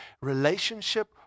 relationship